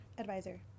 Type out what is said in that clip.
advisor